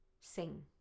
Sing